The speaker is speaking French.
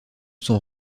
son